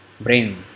brain